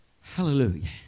Hallelujah